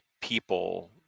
people